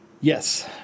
Yes